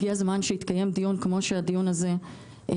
הגיע הזמן שיתקיים דיון כמו שהדיון הזה נעשה,